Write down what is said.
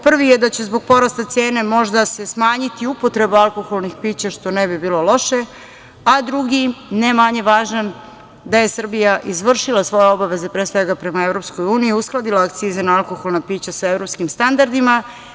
Prvi je da će se zbog porasta cene možda smanjiti upotreba alkoholnih pića, što ne bi bilo loše, a drugi, ne manje važan, da je Srbija izvršila svoje obaveze prema EU, uskladila akcize na alkoholna pića sa evropskim standardima.